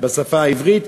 בשפה העברית.